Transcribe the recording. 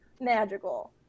Magical